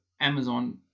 Amazon